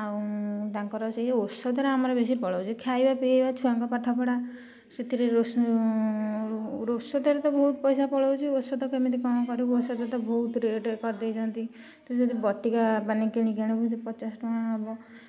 ଆଉ ତାଙ୍କର ସେଇ ଔଷଧରେ ଆମର ବେଶୀ ପଳାଉଛି ଖାଇବା ପିଇବା ଛୁଆଙ୍କ ପାଠପଢ଼ା ସେଥିରେ ଔଷଧରେ ତ ବହୁତ ପଇସା ପଳାଉଛି ଔଷଧ କେମିତି କ'ଣ କରିବୁ ଔଷଧ ତ ବହୁତ ରେଟ୍ କରି ଦେଇଛନ୍ତି ଯଦି ବଟିକା ମାନେ କିଣିକି ଆଣିବୁ ସେ ପଚାଶ ଟଙ୍କା ହେବ